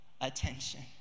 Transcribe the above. attention